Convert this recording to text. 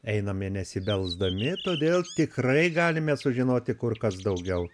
einame nesibelsdami todėl tikrai galime sužinoti kur kas daugiau